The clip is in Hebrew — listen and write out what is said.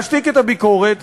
להשתיק את הביקורת,